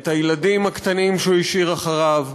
את הילדים הקטנים שהוא השאיר אחריו.